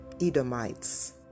Edomites